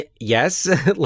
yes